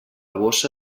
bossa